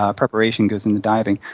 ah preparation goes into diving.